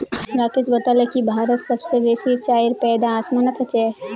राकेश बताले की भारतत सबस बेसी चाईर पैदा असामत ह छेक